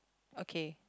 okay